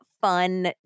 fun